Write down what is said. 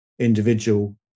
individual